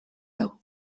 hau